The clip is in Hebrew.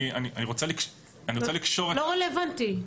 זה לא רלוונטי.